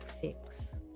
fix